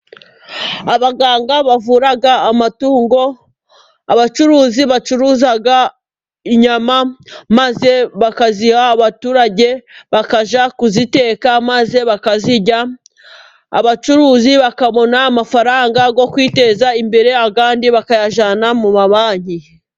Abaganga bavura amatungo, abacuruzi bacuruza inyama maze bakaziha abaturage bakajya kuziteka maze bakazirya, abacuruzi bakabona amafaranga yo kwiteza imberere ayandi bakayajyana mu mabanki.